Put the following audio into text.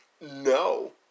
no